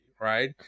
right